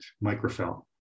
microfilm